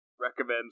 recommends